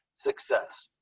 success